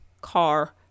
car